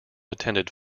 attended